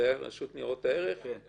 זה היה רשות ניירות ערך לא